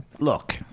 Look